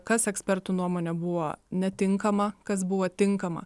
kas ekspertų nuomone buvo netinkama kas buvo tinkama